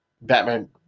Batman